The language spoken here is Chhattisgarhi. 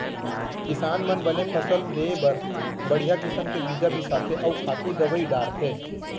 किसान मन बने फसल लेय बर बड़िहा किसम के बीजा बिसाथें अउ खातू दवई डारथें